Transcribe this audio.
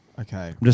Okay